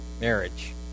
marriage